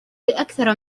لأكثر